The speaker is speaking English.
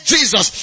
Jesus